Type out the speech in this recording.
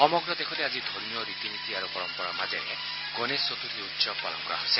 সমগ্ৰ দেশতে আজি ধৰ্মীয় ৰীতি নীতি আৰু পৰম্পৰাৰ মাজেৰে গণেশ চতুৰ্থী উৎসৱ পালন কৰা হৈছে